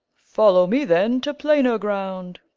follow me, then, to plainer ground.